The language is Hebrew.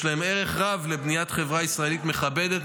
יש להם ערך רב לבניית חברה ישראלית מכבדת,